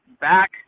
back